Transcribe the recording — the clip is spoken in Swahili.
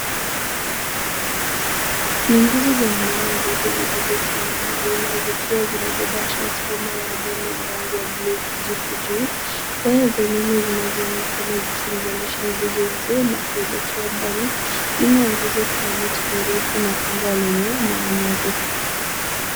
Ni nguzo za umeme mbili zilizosimama wima zikiwa zimebeba transfoma ya umeme ya rangi ya bluu-kijivu juu. Waya za umeme zinazoonekana zikiunganisha nguzo hizo na kuelekea mbali. Nyuma ya nguzo kuna miti mirefu na anga lenye mawingu.